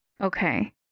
Okay